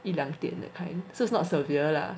一两点 that kind so it's not severe lah